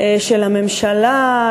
של הממשלה,